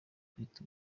kwita